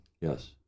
Yes